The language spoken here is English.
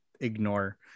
ignore